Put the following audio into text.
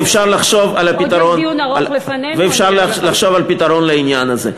ואפשר לחשוב על פתרון לעניין הזה.